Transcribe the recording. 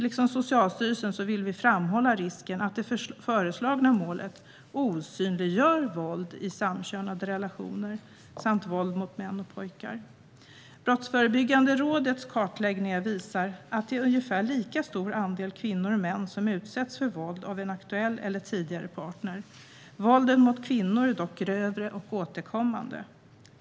Liksom Socialstyrelsen vill vi framhålla risken att det föreslagna målet osynliggör våld i samkönade relationer samt våld mot män och pojkar. Brottsförebyggande rådets kartläggningar visar att det är ungefär lika stor andel kvinnor och män som utsätts för våld av en aktuell eller tidigare partner, men våldet mot kvinnor är grövre och återkommande.